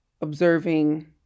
observing